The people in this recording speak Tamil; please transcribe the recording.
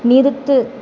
நிறுத்து